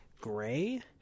gray